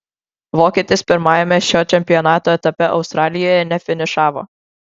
vokietis pirmajame šio čempionato etape australijoje nefinišavo